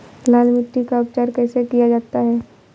लाल मिट्टी का उपचार कैसे किया जाता है?